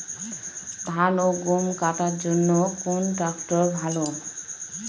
ধান ও গম কাটার জন্য কোন ট্র্যাক্টর ভালো?